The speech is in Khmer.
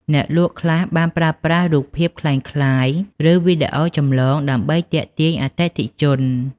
អ្នកលក់ខ្លះបានប្រើប្រាស់រូបភាពក្លែងក្លាយឬវីដេអូចម្លងដើម្បីទាក់ទាញអតិថិជន។